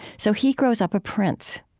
so he grows up a prince.